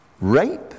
rape